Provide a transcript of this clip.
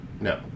No